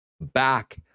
back